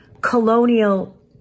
colonial